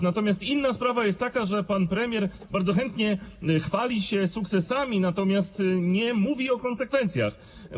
Natomiast inna sprawa jest taka, że pan premier bardzo chętnie chwali się sukcesami, ale nie mówi o konsekwencjach.